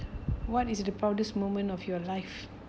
what is the proudest moment of your life